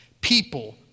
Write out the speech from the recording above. People